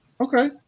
Okay